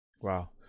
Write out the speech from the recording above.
Wow